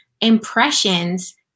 impressions